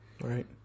Right